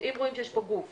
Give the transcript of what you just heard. אם רואים שיש פה גוף